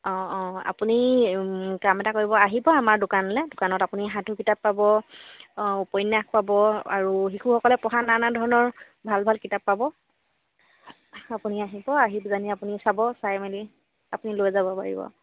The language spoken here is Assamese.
অঁ অঁ আপুনি কাম এটা কৰিব আহিব আমাৰ দোকানলৈ দোকানত আপুনি সাধু কিতাপ পাব উপন্যাস পাব আৰু শিশুসকলে পঢ়া নানা ধৰণৰ ভাল ভাল কিতাপ পাব আপুনি আহিব আহি পেলাইনি আপুনি চাব চাই মেলি আপুনি লৈ যাব পাৰিব